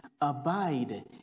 Abide